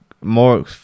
more